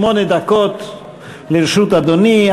שמונה דקות לרשות אדוני.